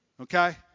Okay